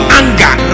anger